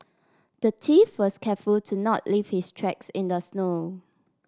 the thief was careful to not leave his tracks in the snow